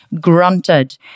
grunted